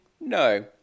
No